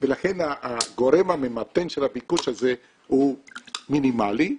לכן הגורם הממתן של הביקוש הזה הוא מינימלי,